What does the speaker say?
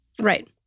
Right